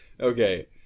Okay